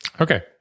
Okay